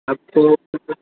अब तो